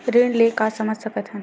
ऋण ले का समझ सकत हन?